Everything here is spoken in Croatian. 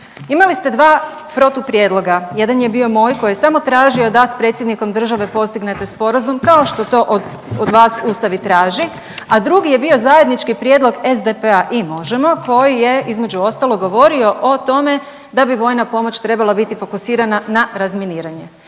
Imali ste dva protuprijedloga. Jedan je bio moj koji je samo tražio da s predsjednikom države postignete sporazum kao što to od vas Ustav i traži, a drugi je bio zajednički prijedlog SDP-a i MOŽEMO koji je između ostalog govorio o tome da bi vojna pomoć trebala biti fokusirana na razminiranje.